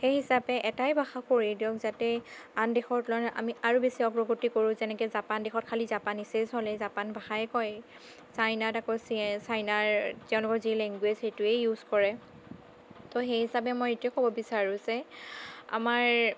সেই হিচাপে এটাই ভাষা কৰি দিয়ক যাতে আন দেশৰ তুলনাত আমি আৰু বেছি অগ্ৰগতি কৰোঁ যেনেকৈ জাপান দেশত খালী জাপানীজেই চলে জাপান ভাষাই কয় চাইনাত আকৌ চাইনাৰ তেওঁলোকৰ যি লেংগুৱেজ সেইটোৱে ইউজ কৰে তো সেই হিচাপে মই এইটোৱে ক'ব বিচাৰোঁ যে আমাৰ